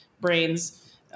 brains